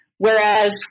Whereas